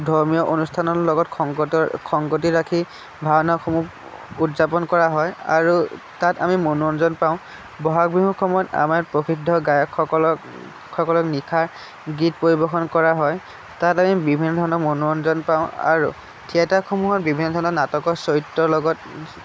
ধৰ্মীয় অনুষ্ঠানৰ লগত সংগত সংগতি ৰাখি ভাওনাসমূহ উদযাপন কৰা হয় আৰু তাত আমি মনোৰঞ্জন পাওঁ ব'হাগ বিহুৰ সময়ত আমাৰ ইয়াত প্ৰসিদ্ধ গায়কসকলক সকলক নিশাৰ গীত পৰিৱেশন কৰা হয় তাত আমি বিভিন্ন ধৰণৰ মনোৰঞ্জন পাওঁ আৰু থিয়েটাৰসমূহত বিভিন্ন ধৰণৰ নাটকৰ চৰিত্ৰৰ লগত